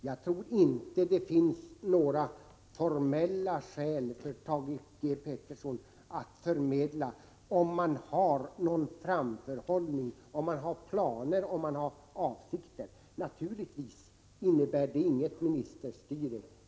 Jag tror inte att det finns några formella skäl för Thage G. Peterson mot att meddela om man har någon framförhållning liksom om man har planer och avsikter i detta sammanhang. Naturligtvis innebär det inte något ministerstyre.